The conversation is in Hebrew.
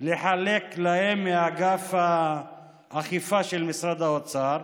לחלק להם מאגף האכיפה של משרד האוצר.